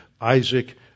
Isaac